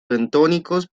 bentónicos